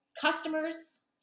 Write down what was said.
customers